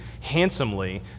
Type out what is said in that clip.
handsomely